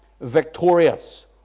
victorious